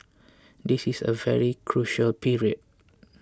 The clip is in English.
this is a very crucial period